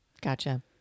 Gotcha